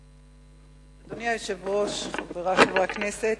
אדוני היושב-ראש, חברי חברי הכנסת,